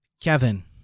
Kevin